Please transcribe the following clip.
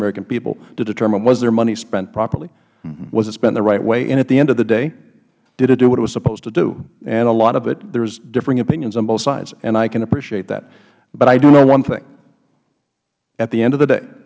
american people to determine was their money spent properly was it spent the right way and at the end of the day did it do what it was supposed to do and a lot of it there's differing opinions on both sides and i can appreciate that but i do know one thing at the end of the day